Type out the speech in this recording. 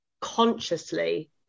consciously